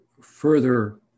further